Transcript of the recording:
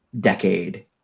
decade